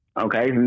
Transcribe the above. Okay